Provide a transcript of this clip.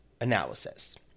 analysis